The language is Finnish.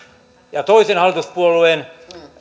ja toisen hallituspuolueen